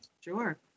sure